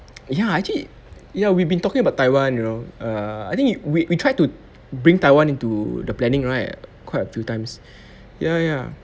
ya actually ya we've been talking about taiwan you know err I think we we tried to bring taiwan into the planning right quite a few times ya ya